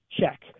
Check